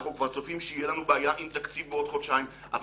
אנחנו כבר צופים שתהיה לנו בעיה עם תקציב בעוד חודשיים אבל